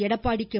Edappadi K